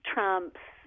Trump's